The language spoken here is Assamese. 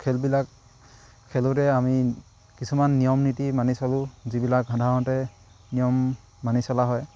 খেলবিলাক খেলোঁতে আমি কিছুমান নিয়ম নীতি মানি চলোঁ যিবিলাক সাধাৰতে নিয়ম মানি চলা হয়